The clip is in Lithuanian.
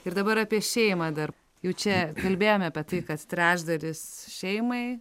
ir dabar apie šeimą dar jau čia kalbėjome apie tai kad trečdalis šeimai